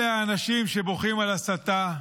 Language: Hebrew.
אלה האנשים שבוכים על הסתה.